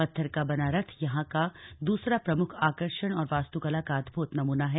पत्थर का बना रथ यहां का दूसरा प्रमुख आकर्षण और वास्तुकला का अदभुत नमूना है